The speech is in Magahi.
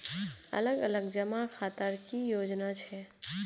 अलग अलग जमा खातार की की योजना छे?